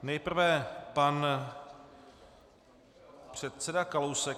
Nejprve pan předseda Kalousek.